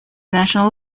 national